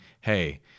hey